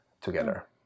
together